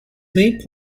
may